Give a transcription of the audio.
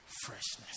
freshness